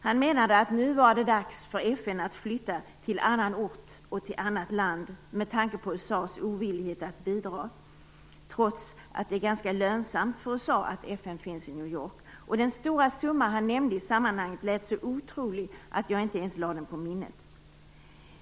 Han menade att det nu var dags för FN att flytta till annan ort och annat land, med tanke på USA:s ovillighet att bidra, trots att det är ganska lönsamt för USA att FN finns i New York. Den stora summa han nämnde i sammanhanget lät så otrolig att jag inte ens lade den på minnet.